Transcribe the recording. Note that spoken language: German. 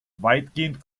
weitgehend